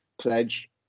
pledge